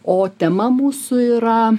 o tema mūsų yra